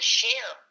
share